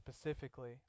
specifically